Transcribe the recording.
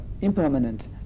impermanent